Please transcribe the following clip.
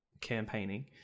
campaigning